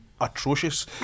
atrocious